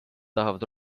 tahavad